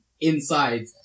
inside